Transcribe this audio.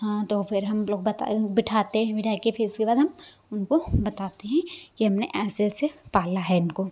हाँ तो फिर हम लोग बता बिठाते हैं बिठा के फिर इसके बाद हम उनको बताते हैं कि हमने ऐसे ऐसे पाला है इनको